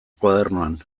koadernoan